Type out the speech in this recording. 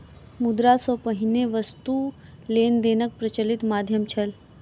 मुद्रा सॅ पहिने वस्तु लेन देनक प्रचलित माध्यम छल